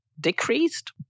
decreased